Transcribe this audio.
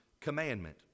commandment